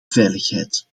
veiligheid